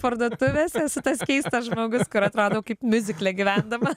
parduotuvėse esu tas keistas žmogus kur atrodau kaip miuzikle gyvendama